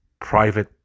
private